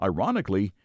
Ironically